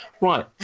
Right